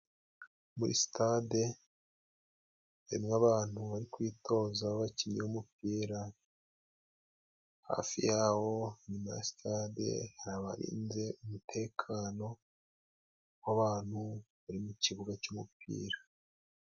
Muri sitade harimo abantu bari kwitoza, abakinnyi b'umupira hafi yawo. Inyuma ya stade, hari abarinze umutekano w'abantu bari mu kibuga cy'umupira.